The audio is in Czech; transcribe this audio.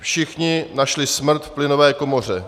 Všichni našli smrt v plynové komoře.